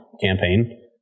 campaign